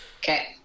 Okay